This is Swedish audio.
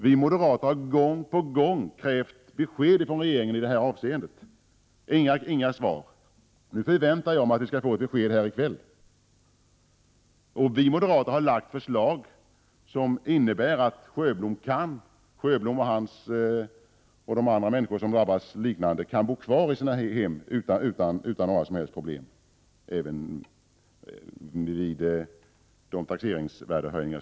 Vi moderater har gång på gång krävt besked av regeringen i detta avseende, men vi har inte fått några svar. Nu förväntar jag mig att vi skall få ett besked här i kväll. Vi moderater har framlagt förslag som innebär att Sjöblom och de andra drabbade kan bo kvar i sina hem utan några som helst problem av den art som socialdemokraternas förslag innebär även om en höjning av taxeringsvärdena genomförs.